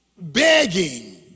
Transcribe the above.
begging